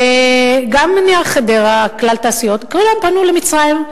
וגם "נייר חדרה", "כלל תעשיות" כולן פנו למצרים.